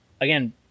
again